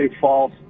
false